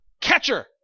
Catcher